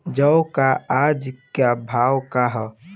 जौ क आज के भाव का ह?